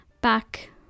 back